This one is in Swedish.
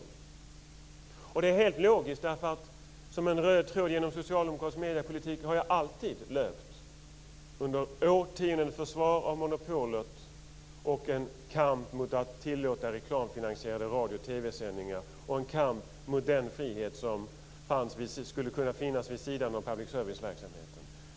Detta är helt logiskt. Som en röd tråd genom socialdemokratisk mediepolitik har ju nämligen alltid, under årtionden, löpt försvar av monopolet. Socialdemokraterna har fört en kamp mot att tillåta reklamfinansierade radio och TV-sändningar och en kamp mot den frihet som skulle kunna finnas vid sidan av public service-verksamheten.